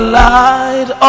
light